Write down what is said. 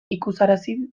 ikusarazi